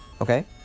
Okay